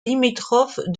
limitrophe